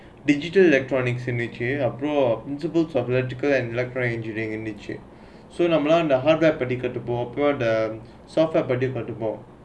digital electronics இருந்துச்சி:irunthuchchi principle of electrical and electronic engineering இருந்துச்சி:irunthuchchi the hardware படிக்கிறதுக்கு:padikkirathukku the software பாடி படிப்போம்:paadi paadippom